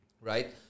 Right